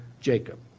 Jacob